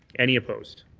any opposed?